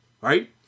right